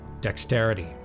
Dexterity